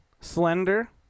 Slender